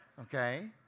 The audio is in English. okay